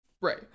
right